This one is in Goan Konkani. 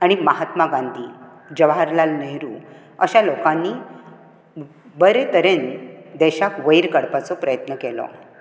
आनी महात्मा गांधी जवाहरलाल न्हेहरू अशा लोकांनी बरे तरेन देशाक वयर काडपाचो प्रयत्न केलो